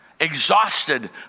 exhausted